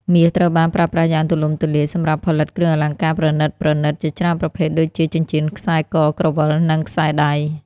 មាសត្រូវបានប្រើប្រាស់យ៉ាងទូលំទូលាយសម្រាប់ផលិតគ្រឿងអលង្ការប្រណិតៗជាច្រើនប្រភេទដូចជា ចិញ្ចៀន ខ្សែក ក្រវិល និងខ្សែដៃ។